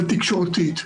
אבל תקשורתית.